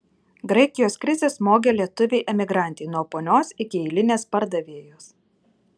graikijos krizė smogė lietuvei emigrantei nuo ponios iki eilinės pardavėjos